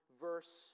verse